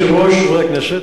אדוני היושב-ראש, חברי הכנסת,